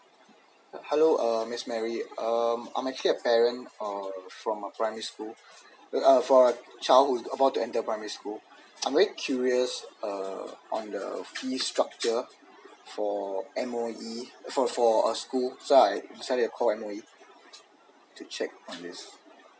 hello uh miss mary um I'm actually a parent uh from a primary school for a child who is about to enter a primary school I'm very curious uh on the fee structure for M_O_E for for a school so that's why I call M_O_E to check on this